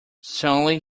suddenly